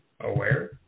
Aware